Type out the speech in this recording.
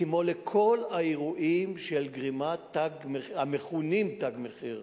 כמו לכל האירועים המכונים "תג מחיר",